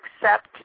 accept